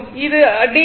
அது r dc